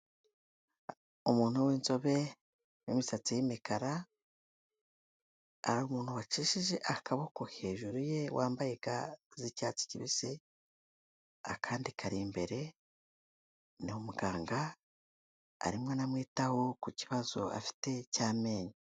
Umuntu w'inzobe, w'imisatsi y'imikara, hari umuntu wacishije akaboko hejuru ye wambaye ga z'icyatsi kibisi, akandi kari imbere, ni muganga arimo aramwitaho ku kibazo afite cy'amenyo.